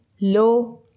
low